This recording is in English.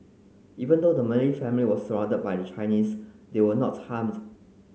even though the Malay family was surrounded by the Chinese they were not harmed